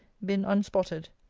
been unspotted.